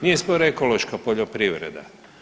Nije spor ekološka poljoprivreda.